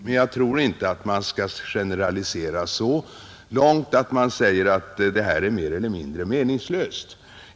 Men jag tror inte att man skall generalisera och säga att sådana åtgärder är mer eller mindre meningslösa.